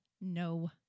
No